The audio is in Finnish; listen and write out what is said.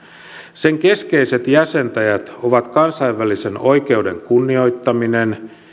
sen keskeiset jäsentäjät ovat kansainvälisen oikeuden kunnioittaminen